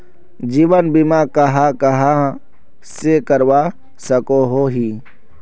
जीवन बीमा कहाँ कहाँ से करवा सकोहो ही?